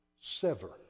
sever